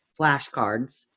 flashcards